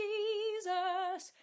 Jesus